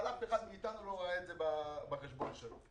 אבל אף אחד מאיתנו לא ראה את זה בחשבון שלו,